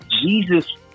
Jesus